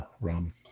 rum